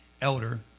elder